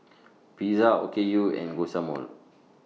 Pizza Okayu and Guacamole